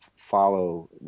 Follow